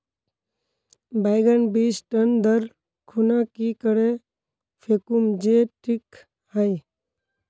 बैगन बीज टन दर खुना की करे फेकुम जे टिक हाई?